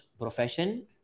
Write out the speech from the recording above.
profession